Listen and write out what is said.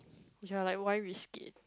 which are like why risk it